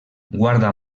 guarda